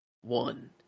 one